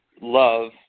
love